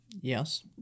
Yes